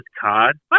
card